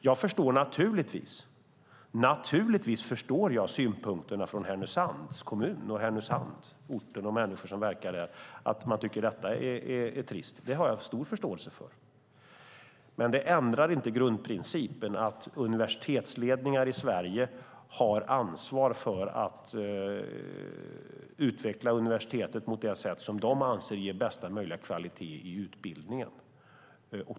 Jag förstår naturligtvis synpunkterna från Härnösands kommun, från orten och de människor som verkar där, att de tycker att detta är trist. Det har jag stor förståelse för. Men det ändrar inte grundprincipen att universitetsledningar i Sverige har ansvar för att utveckla universitetet mot det sätt som de anser ger bästa möjliga kvalitet i utbildningen.